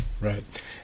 Right